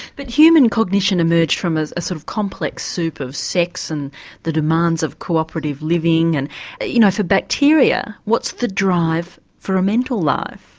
but human cognition emerged from ah a sort of complex soup of sex and the demands of cooperative living, and you know for bacteria what's the drive for a mental life,